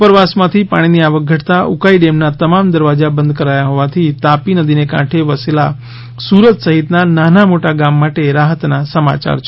ઉપરવાસ માથી પાણી ની આવક ઘટતા ઉકાઈ ડેમ ના તમામ દરવાજા બંધ કરાયા હોવાથી તાપી નદી ને કાંઠે વસેલા સુરત સહિત ના નાના મોટા ગામ માટે રાહત ના સમાચાર છે